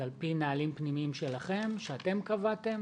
זה על פי נהלים פנימיים שלכם, שאתם קבעתם?